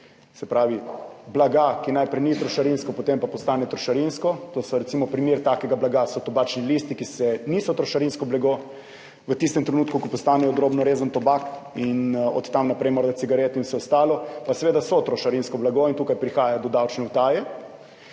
zasege blaga, ki najprej ni trošarinsko, potem pa postane trošarinsko. Primer takega blaga so tobačni listi, ki niso trošarinsko blago, v tistem trenutku, ko postanejo drobno rezan tobak in od tam naprej morda cigaret in vse ostalo, pa seveda so trošarinsko blago in tukaj prihaja do davčne utaje.